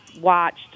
watched